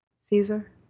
Caesar